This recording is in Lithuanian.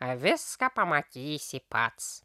viską pamatysi pats